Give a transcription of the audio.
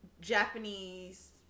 Japanese